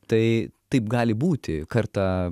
tai taip gali būti kartą